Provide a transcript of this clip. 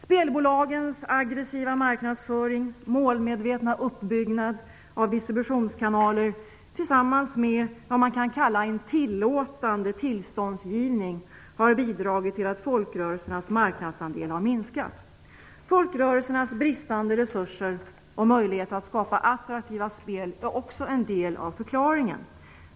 Spelbolagens aggressiva marknadsföring och målmedvetna uppbyggnad av distributionskanaler, tillsammans med vad man kan kalla en tillåtande tillståndsgivning, har bidragit till att folkrörelsernas marknadsandel har minskat. Folkrörelsernas bristande resurser och möjlighet att skapa attraktiva spel är också en del av förklaringen.